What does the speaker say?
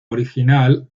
original